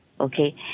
okay